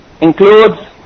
includes